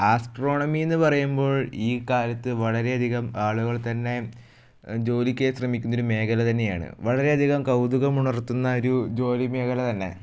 astronomy എന്ന് പറയുമ്പോൾ ഈ കാലത്ത് വളരെയധികം ആളുകൾ തന്നെ ജോലിക്കായ് ശ്രമിക്കുന്നൊരു മേഖല തന്നെയാണ് വളരെയധികം കൗതുകമുണർത്തുന്ന ഒരു ജോലി മേഖല തന്നെ